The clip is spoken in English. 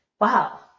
wow